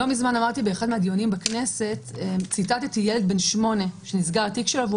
לא מזמן ציטטתי באחד מהדיונים בכנסת ילד בן שמונה שהתיק שלו נסגר.